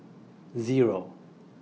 Zero